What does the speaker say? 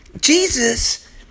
Jesus